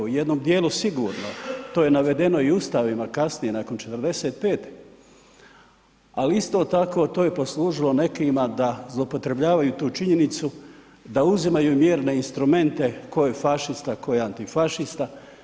U jednom dijelu sigurno, to je navedeno i u Ustavima kasnije nakon '45. ali isto tako to je poslužilo nekima da zloupotrjebljavaju tu činjenicu, da uzimaju mjerne instrumente tko je fašista, tko je antifašista.